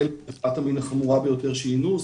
החל מעבירת המין החמורה ביותר שהיא אינוס,